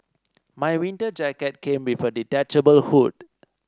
my winter jacket came with a detachable hood